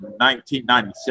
1997